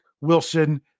Wilson